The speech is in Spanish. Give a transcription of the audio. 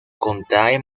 contrae